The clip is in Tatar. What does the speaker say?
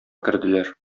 керделәр